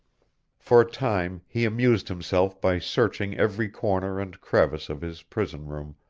for a time he amused himself by searching every corner and crevice of his prison room,